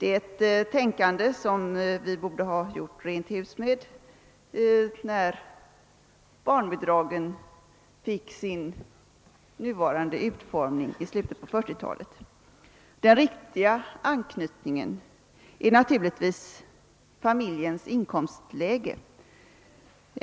Ett sådant tänkande borde vi ha gjort rent hus med när barnbidragen i slutet på 1940-talet fick sin nuvarande utformning. Den riktiga anknytningen är naturligtvis familjens inkomstläge.